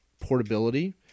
portability